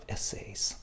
Essays